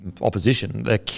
opposition